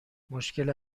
مشکل